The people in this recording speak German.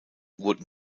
wurden